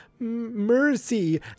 Mercy